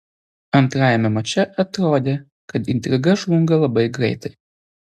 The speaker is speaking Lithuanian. antrame mače atrodė kad intriga žlunga labai greitai